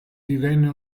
divenne